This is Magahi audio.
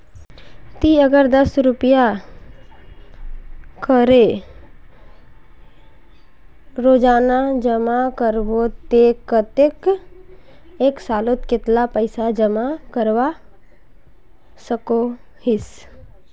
ती अगर दस रुपया करे रोजाना जमा करबो ते कतेक एक सालोत कतेला पैसा जमा करवा सकोहिस?